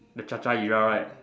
the Cha-Cha you are right